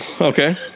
Okay